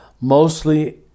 mostly